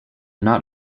not